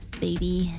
baby